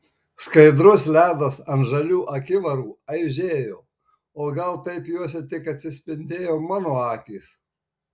skaidrus ledas ant žalių akivarų aižėjo o gal taip juose tik atsispindėjo mano akys